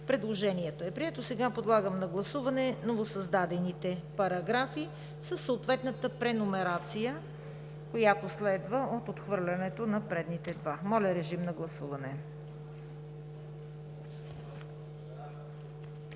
Предложението е прието. Сега подлагам на гласуване новосъздадените параграфи със съответната преномерация, която следва от отхвърлянето на предните два. Гласували